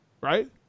right